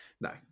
No